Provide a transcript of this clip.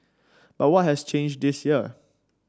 but what has changed this year